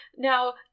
Now